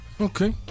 Okay